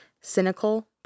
cynical